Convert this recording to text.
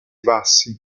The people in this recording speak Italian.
bassi